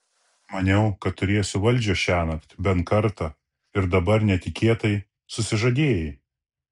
maniau kad turėsiu valdžią šiąnakt bent kartą ir dabar netikėtai susižadėjai